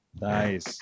nice